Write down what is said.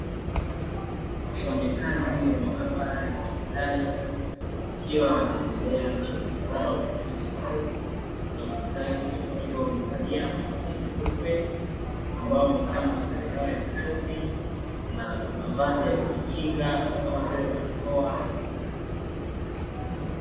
Wafanyakazi wa maabara ya hospitali, wakiwa wanaendelea na shughuli zao za kila siku za hospitali, wakiwa wamevalia makoti meupe, ambayo ni kama sare yao ya kazi na mavazi ya kujikinga kama vile barakoa.